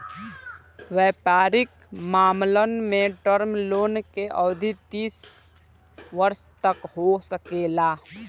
वयपारिक मामलन में टर्म लोन के अवधि तीस वर्ष तक हो सकेला